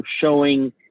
showing